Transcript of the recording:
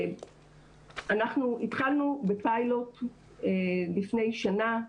אנחנו התחלנו בפיילוט לפני שנה.